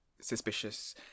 suspicious